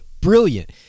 brilliant